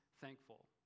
thankful